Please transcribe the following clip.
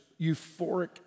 euphoric